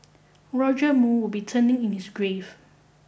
Roger Moore would be turning in his grave